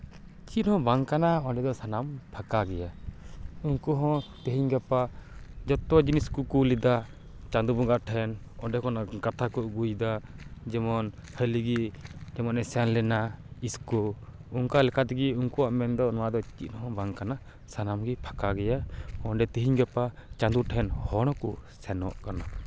ᱪᱮᱫ ᱦᱚᱸ ᱵᱟᱝ ᱠᱟᱱᱟ ᱚᱸᱰᱮ ᱫᱚ ᱥᱟᱱᱟᱢ ᱯᱷᱟᱠᱟ ᱜᱮᱭᱟ ᱩᱱᱠᱩ ᱦᱚᱸ ᱛᱤᱦᱤᱧ ᱜᱟᱯᱟ ᱡᱚᱛᱚ ᱡᱤᱱᱤᱥ ᱠᱚ ᱠᱩᱞ ᱮᱫᱟ ᱪᱟᱸᱫᱳ ᱵᱚᱸᱜᱟ ᱴᱷᱮᱱ ᱚᱸᱰᱮ ᱠᱷᱚᱱ ᱠᱟᱛᱷᱟ ᱠᱚ ᱟᱹᱜᱩᱭᱮᱫᱟ ᱡᱮᱢᱚᱱ ᱦᱟᱹᱞᱤᱜᱮ ᱡᱮᱢᱚᱱᱮ ᱥᱮᱱ ᱞᱮᱱᱟ ᱤᱥᱨᱳ ᱚᱱᱠᱟ ᱞᱮᱠᱟ ᱛᱮᱜᱮ ᱩᱱᱠᱩᱣᱟᱜ ᱢᱮᱱᱫᱚ ᱱᱚᱣᱟ ᱫᱚ ᱪᱮᱫ ᱦᱚᱸ ᱵᱟᱝ ᱠᱟᱱᱟ ᱥᱟᱱᱟᱢ ᱜᱮ ᱯᱷᱟᱠᱟ ᱜᱮᱭᱟ ᱚᱸᱰᱮ ᱛᱤᱦᱤᱧ ᱜᱟᱯᱟ ᱪᱟᱸᱫᱳ ᱴᱷᱮᱱ ᱦᱚᱲᱠᱚ ᱥᱮᱱᱚᱜ ᱠᱟᱱᱟ